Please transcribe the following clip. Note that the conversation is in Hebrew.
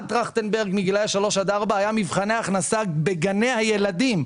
עד טרכטנברג מגילאי שלוש עד ארבע היה מבחני הכנסה בגני הילדים,